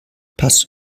passt